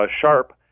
sharp